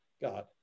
God